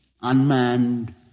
unmanned